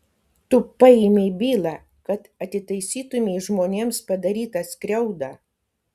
tu paėmei bylą kad atitaisytumei žmonėms padarytą skriaudą